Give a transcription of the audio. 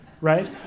right